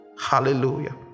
Hallelujah